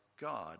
God